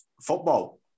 football